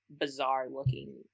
bizarre-looking